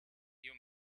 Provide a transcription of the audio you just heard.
you